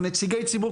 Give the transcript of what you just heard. אנחנו נציגי ציבור,